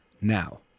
now